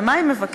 ומה היא מבקשת?